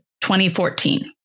2014